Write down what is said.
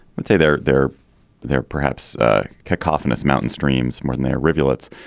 let's say they're there they're perhaps cacophonous mountain streams more than they're rivulets.